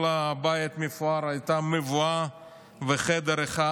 כל הבית מפואר, הייתה מבואה וחדר אחד